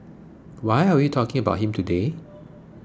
why are we talking about him today